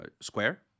Square